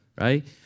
right